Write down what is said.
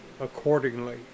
accordingly